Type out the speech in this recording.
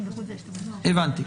בק, בבקשה.